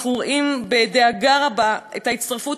אנחנו רואים בדאגה רבה את ההצטרפות